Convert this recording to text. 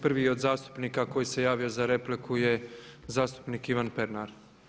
Prvi je od zastupnika koji se javio za repliku je zastupnik Ivan Pernar.